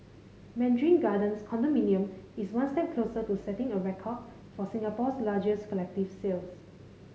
Mandarin Gardens condominium is one step closer to setting a record for Singapore's largest collective sales